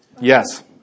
Yes